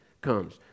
comes